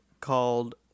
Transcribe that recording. called